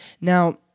Now